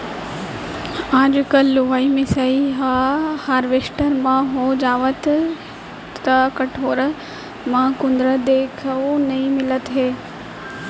आजकल लुवई मिसाई ह हारवेस्टर म हो जावथे त कोठार म कुंदरा देखउ नइ मिलत हे